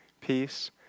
Peace